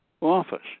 office